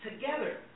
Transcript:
together